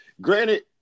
granted